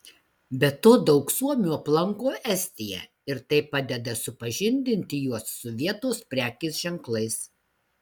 be to daug suomių aplanko estiją ir tai padeda supažindinti juos su vietos prekės ženklais